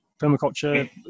permaculture